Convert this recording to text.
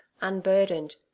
unburdened